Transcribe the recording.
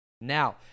Now